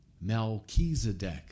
Melchizedek